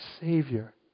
Savior